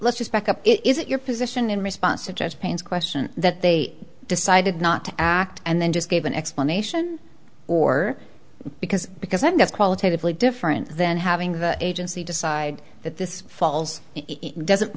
let's just back up is it your position in response to judge paine's question that they decided not to act and then just gave an explanation or because because i guess qualitatively different than having the agency decide that this falls doesn't